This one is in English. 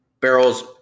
barrels